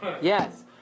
Yes